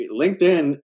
LinkedIn